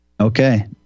Okay